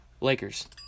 Lakers